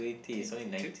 twenty two